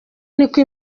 niko